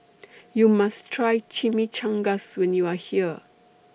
YOU must Try Chimichangas when YOU Are here